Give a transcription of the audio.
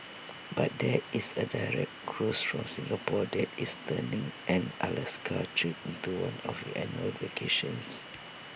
but there is A direct cruise from Singapore that is turning an Alaska trip into one of your annual vacations